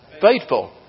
Faithful